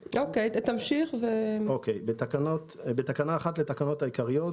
תיקון תקנה 1 2 בתקנה 1 לתקנות העיקריות,